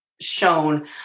shown